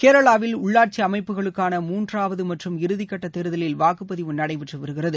கேரளாவில் உள்ளாட்சி அமைப்புகளுக்கான மூன்றாவது மற்றும் இறுதிக்கட்ட தேர்தலில் வாக்குப்பதிவு நடைபெற்று வருகிறது